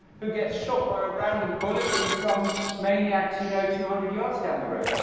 who gets shot by a random bullet from some maniacs you know two hundred yards down the road?